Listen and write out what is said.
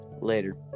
Later